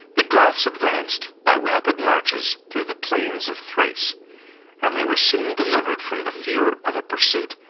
the goths advanced, by rapid marches, through the plains of thrace and they were soon delivered from the fear of a pursuit,